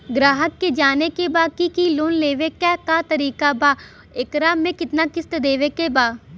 ग्राहक के जाने के बा की की लोन लेवे क का तरीका बा एकरा में कितना किस्त देवे के बा?